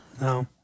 No